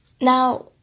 Now